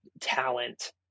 talent